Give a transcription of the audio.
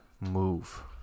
move